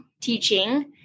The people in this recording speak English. teaching